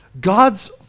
God's